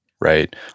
right